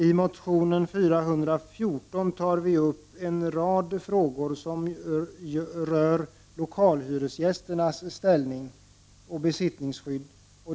I motion 414 tar vi upp en rad frågor som berör lokalhyresgästens ställning och besittningsskydd.